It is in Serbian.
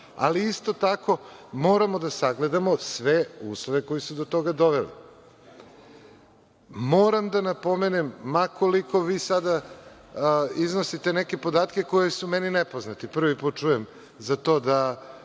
Ali, isto tako moramo da sagledamo sve uslove koji su do toga doveli. Moram da napomenem ma koliko vi sada iznosite sada neke podatke koji su meni nepoznati. Prvi put čujem za to da